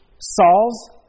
Saul's